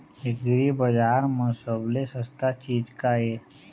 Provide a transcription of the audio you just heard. एग्रीबजार म सबले सस्ता चीज का ये?